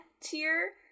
tier